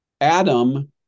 Adam